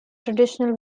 traditional